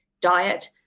diet